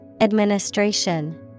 Administration